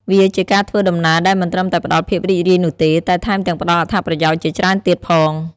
វាជាការធ្វើដំណើរដែលមិនត្រឹមតែផ្តល់ភាពរីករាយនោះទេ តែថែមទាំងផ្តល់អត្ថប្រយោជន៍ជាច្រើនទៀតផង។